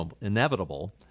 inevitable